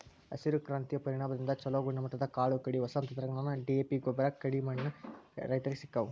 ಹಸಿರು ಕ್ರಾಂತಿಯ ಪರಿಣಾಮದಿಂದ ಚುಲೋ ಗುಣಮಟ್ಟದ ಕಾಳು ಕಡಿ, ಹೊಸ ತಂತ್ರಜ್ಞಾನ, ಡಿ.ಎ.ಪಿಗೊಬ್ಬರ, ಕೇಡೇಎಣ್ಣಿ ರೈತರಿಗೆ ಸಿಕ್ಕವು